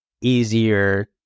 easier